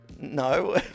No